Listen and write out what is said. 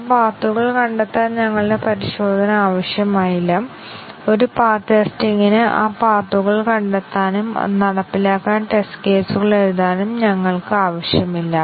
ഇപ്പോൾ ഞങ്ങൾ ABCക്കായി ട്രൂത്ത് ടേബിൾ വികസിപ്പിക്കുകയും ഫലം ഇവിടെ എഴുതുകയും ചെയ്യുന്നു